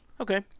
Okay